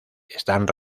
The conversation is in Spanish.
están